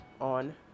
on